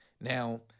Now